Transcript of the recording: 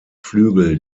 flügel